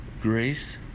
Grace